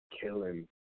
killing